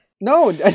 No